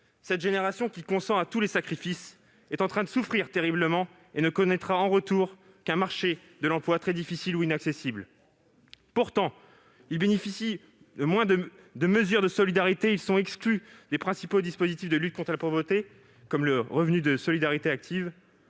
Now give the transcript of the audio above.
Cette génération, qui consent tous les sacrifices, souffre terriblement. Elle ne connaîtra en retour qu'un marché de l'emploi très difficile, voire inaccessible. Pourtant, les jeunes bénéficient moins des mesures de solidarité et sont exclus des principaux dispositifs de lutte contre la pauvreté, comme le revenu de solidarité active